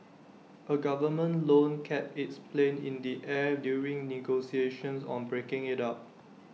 A government loan kept its planes in the air during negotiations on breaking IT up